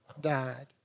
died